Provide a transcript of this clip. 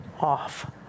off